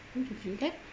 don't you feel that